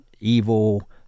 evil